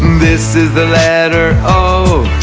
this is the letter o